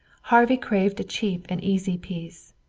harvey craved a cheap and easy peace.